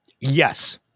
Yes